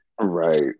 Right